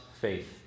faith